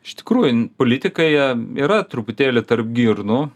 iš tikrųjų politikai jie yra truputėlį tarp girnų